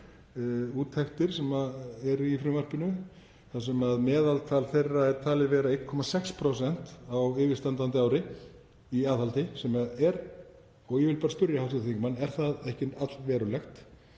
aðhaldsúttektir sem eru í frumvarpinu þar sem meðaltal þeirra er talið vera 1,6% á yfirstandandi ári í aðhaldi, sem er. Ég vil bara spyrja hv. þingmann: Er það ekki allverulegt?